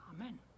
Amen